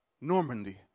Normandy